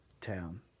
town